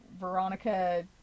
Veronica